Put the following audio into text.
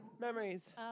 Memories